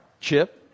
chip